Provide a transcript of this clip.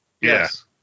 Yes